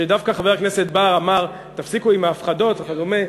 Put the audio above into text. שדווקא חבר הכנסת בר אמר: תפסיקו עם ההפחדות וכדומה,